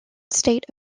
state